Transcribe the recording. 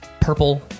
purple